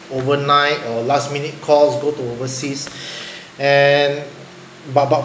overnight or last minute calls go to overseas and but but